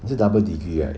is it double degree right